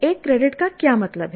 एक क्रेडिट का क्या मतलब है